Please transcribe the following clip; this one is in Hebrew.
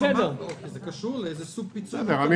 זה קשור לאיזה סוג פיצוי לתת.